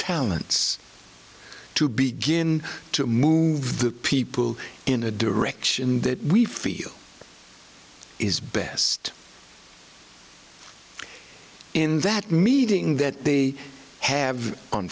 talents to begin to move the people in a direction that we feel is best in that meeting that they have on